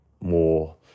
more